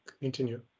continue